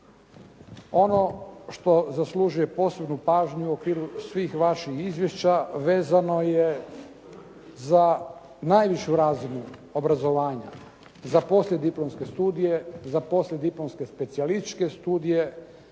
Ono što zaslužuje posebnu pažnju u okviru svih vaših izvješća vezano je za najvišu razinu obrazovanja, za poslijediplomske studije, za poslijediplomske specijalističke studije,